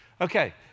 Okay